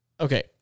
Okay